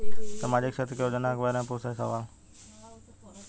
सामाजिक क्षेत्र की योजनाए के बारे में पूछ सवाल?